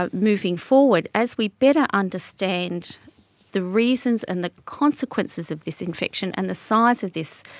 ah moving forward, as we better understand the reasons and the consequences of this infection and the size of these